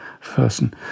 person